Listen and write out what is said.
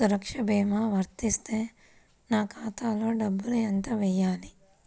సురక్ష భీమా వర్తిస్తే నా ఖాతాలో డబ్బులు ఎంత వేయాలి?